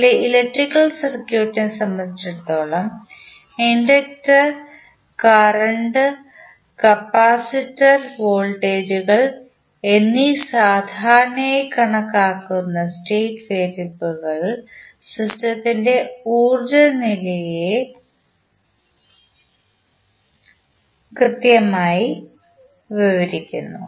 നിങ്ങളുടെ ഇലക്ട്രിക്കൽ സർക്യൂട്ടിനെ സംബന്ധിച്ചിടത്തോളം ഇൻഡക്റ്റർ കറന്റ് കപ്പാസിറ്റർ വോൾട്ടേജുകൾ എന്ന് സാധാരണയായി കണക്കാക്കുന്ന സ്റ്റേറ്റ് വേരിയബിളുകൾ സിസ്റ്റത്തിന്റെ ഊർജ്ജ നിലയെ കൂട്ടായി വിവരിക്കുന്നു